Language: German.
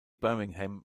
birmingham